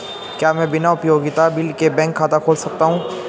क्या मैं बिना उपयोगिता बिल के बैंक खाता खोल सकता हूँ?